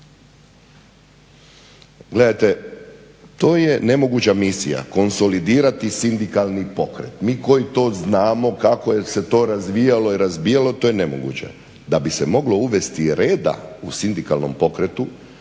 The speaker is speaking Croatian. Gledajte, to je nemoguća misija konsolidirati sindikalni pokret. Mi koji to znamo kako, jer se to razvijalo i razbijalo to je nemoguće. Da bi se moglo uvesti reda u sindikalnom pokretu